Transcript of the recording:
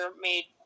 made